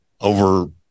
Over